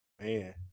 Man